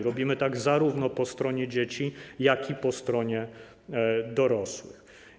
Robimy tak zarówno po stronie dzieci, jak i po stronie dorosłych.